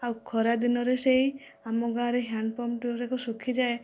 ଆଉ ଖରାଦିନରେ ସେଇ ଆମ ଗାଁରେ ହ୍ୟାଣ୍ଡ୍ପମ୍ପ୍ର ଯାକ ଶୁଖିଯାଏ